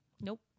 Nope